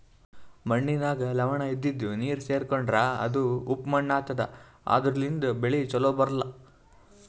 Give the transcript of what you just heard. ಮಣ್ಣಿನಾಗ್ ಲವಣ ಇದ್ದಿದು ನೀರ್ ಸೇರ್ಕೊಂಡ್ರಾ ಅದು ಉಪ್ಪ್ ಮಣ್ಣಾತದಾ ಅದರ್ಲಿನ್ಡ್ ಬೆಳಿ ಛಲೋ ಬರ್ಲಾ